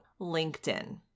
LinkedIn